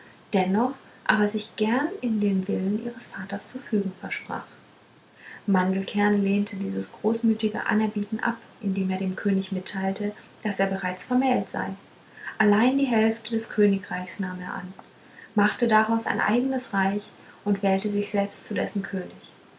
dennoch aber sich gern in den willen ihres vaters zu fügen versprach mandelkern lehnte dies großmütige anerbieten ab indem er dem könig mitteilte daß er bereits vermählt sei allein die hälfte des königreichs nahm er an machte daraus ein eigenes reich und wählte sich selbst zu dessen könig